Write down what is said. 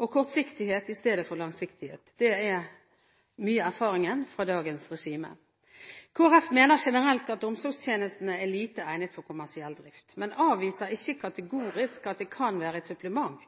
og kortsiktighet i stedet for langsiktighet. Det er mye av erfaringen fra dagens regime. Kristelig Folkeparti mener generelt at omsorgstjenestene er lite egnet for kommersiell drift, men avviser ikke kategorisk at det kan være et supplement.